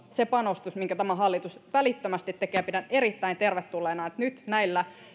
se panostus minkä tämä hallitus välittömästi kolmessa viikossa tekee ja pidän erittäin tervetulleena että nyt näillä